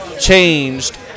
changed